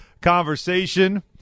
conversation